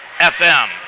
FM